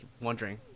wondering